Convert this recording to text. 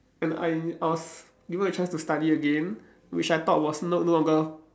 and I I was given a chance to study again which I thought was not no longer